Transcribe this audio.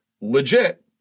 legit